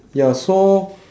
ya so